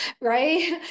right